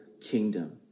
kingdom